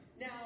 Now